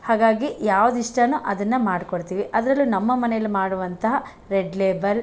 ಹಾಗಾಗಿ ಯಾವ್ದು ಇಷ್ಟನೋ ಅದನ್ನು ಮಾಡಿಕೊಡ್ತಿವಿ ಅದರಲ್ಲೂ ನಮ್ಮ ಮನೆಯಲ್ಲಿ ಮಾಡುವಂತಹ ರೆಡ್ ಲೇಬಲ್